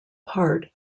part